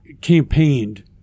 campaigned